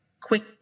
quick